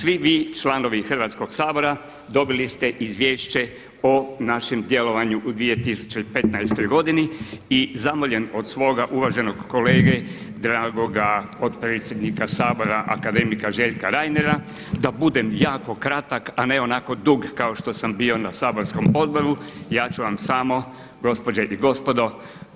Svi vi članovi Hrvatskog sabora dobili ste izvješće o našem djelovanju u 2015. godini i zamoljen od svoga uvaženog kolege, dragog potpredsjednika Sabora, akademika Željka Reinera, da budem jako kratak a ne onako dug kao što sam bio na saborskom odboru ja ću vam samo, gospođe i gospodo